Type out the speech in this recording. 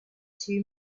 two